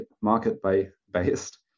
market-based